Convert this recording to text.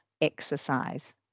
exercise